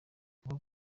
kuba